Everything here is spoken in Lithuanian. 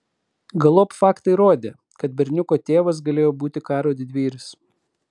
galop faktai rodė kad berniuko tėvas galėjo būti karo didvyris